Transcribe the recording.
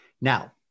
Now